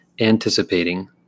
anticipating